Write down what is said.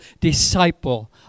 disciple